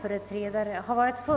dock skiftar.